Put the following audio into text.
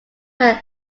when